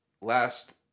last